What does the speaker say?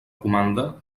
comanda